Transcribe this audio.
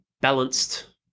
balanced